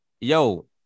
yo